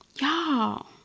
y'all